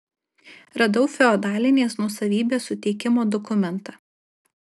radau feodalinės nuosavybės suteikimo dokumentą